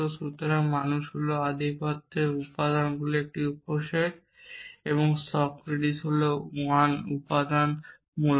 সুতরাং মানুষ হল আধিপত্যের উপাদানগুলির একটি উপসেট এবং সক্রেটিস হল 1 উপাদানগুলি মূলত